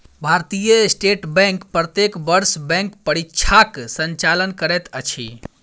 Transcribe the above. भारतीय state bank प्रत्येक वर्ष बैंक परीक्षाक संचालन करैत अछि